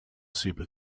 super